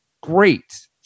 great